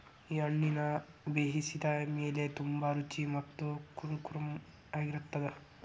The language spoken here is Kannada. ಈ ಹಣ್ಣುನ ಬೇಯಿಸಿದ ಮೇಲ ತುಂಬಾ ರುಚಿ ಮತ್ತ ಕುರುಂಕುರುಂ ಆಗಿರತ್ತದ